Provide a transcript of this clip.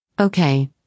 Okay